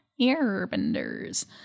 airbenders